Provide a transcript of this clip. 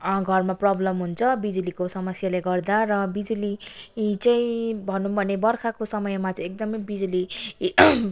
घरमा प्रब्लम हुन्छ घरमा बिजुलीको समस्याले गर्दा र बिजुली चाहिँ भनौँ भने बर्खाको समयमा चाहिँ एकदमै बिजुली